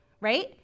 right